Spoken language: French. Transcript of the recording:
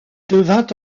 devint